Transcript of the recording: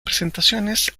presentaciones